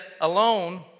alone